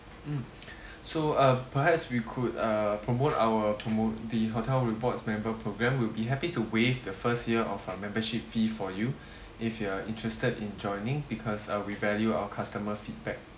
mm so uh perhaps we could uh promote our promote the hotel reports member program we'll be happy to waive the first year of our membership fee for you if you are interested in joining because uh we value our customer feedback